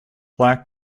blank